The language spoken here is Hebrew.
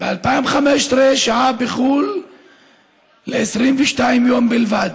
ב-2015 הוא שהה בחו"ל 22 יום בלבד,